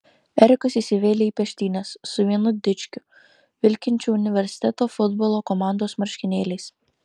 erikas įsivėlė į peštynes su vienu dičkiu vilkinčiu universiteto futbolo komandos marškinėliais